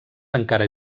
encara